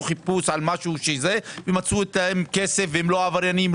חיפוש על משהו ומצאו עם כסף והם לא עבריינים,